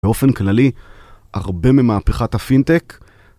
באופן כללי הרבה ממהפכת הפינטק...